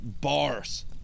bars